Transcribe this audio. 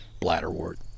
bladderwort